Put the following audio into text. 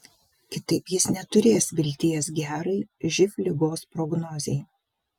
kitaip jis neturės vilties gerai živ ligos prognozei